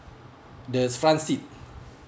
the front seat